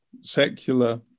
secular